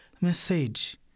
message